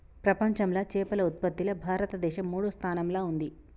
ప్రపంచంలా చేపల ఉత్పత్తిలా భారతదేశం మూడో స్థానంలా ఉంది